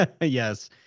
Yes